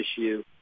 issue